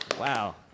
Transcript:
Wow